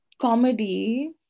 comedy